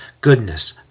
goodness